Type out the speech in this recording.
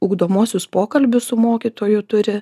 ugdomuosius pokalbius su mokytoju turi